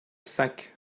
cinq